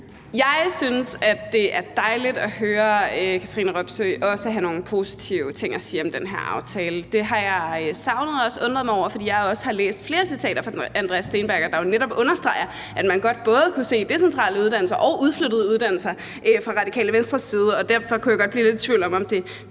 Jeg synes, at det er dejligt at høre, at Katrine Robsøe også har nogle positive ting at sige om den her aftale. Det har jeg savnet. Og jeg har også undret mig over det, for jeg har læst flere citater fra Andreas Steenberg, der jo netop understreger, at man både kunne se decentrale uddannelser og udflyttede uddannelser fra Radikale Venstres side, og derfor kunne jeg godt komme lidt i tvivl om, om det